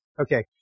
Okay